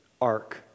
ark